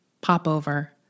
popover